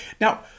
Now